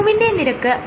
ν വിന്റെ നിരക്ക് 0